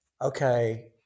Okay